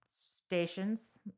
stations